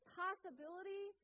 possibility